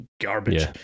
garbage